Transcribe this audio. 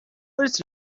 was